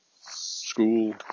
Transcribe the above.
school